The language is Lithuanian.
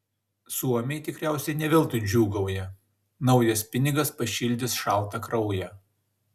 suomiai tikriausiai ne veltui džiūgauja naujas pinigas pašildys šaltą kraują